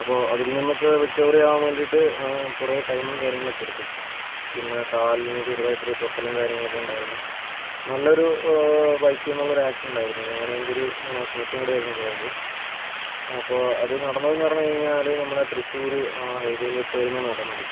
അപ്പോൾ അതിൽ നിന്നൊക്കെ റിക്കവറി ആവാൻ വേണ്ടീട്ട് കുറെ ടൈമും കാര്യങ്ങളൊക്കെ എടുത്തു പിന്നെ കാലിന് ചെറുതായിട്ടൊരു പൊട്ടലും കാര്യങ്ങളൊക്കെ ഉണ്ടായിരുന്നു നല്ലൊരു ബൈക്കിൽ നിന്നുള്ളൊരു ആക്സിഡന്റായിരുന്നു ഞാനും എൻ്റെ ഒരു സുഹൃത്തും കൂടെ ആയിരുന്നു പോയത് അപ്പം അത് നടന്നതെന്ന് പറഞ്ഞാല് നമ്മുടെ തൃശ്ശൂര് ഹൈവേയിൽ വച്ചായിരുന്നു നടന്നത്